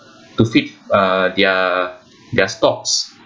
to feed uh their their stocks